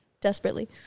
desperately